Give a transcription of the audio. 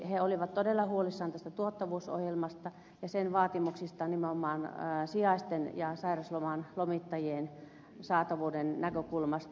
he olivat todella huolissaan tästä tuottavuusohjelmasta ja sen vaatimuksista nimenomaan sijaisten ja sairauslomien lomittajien saatavuuden näkökulmasta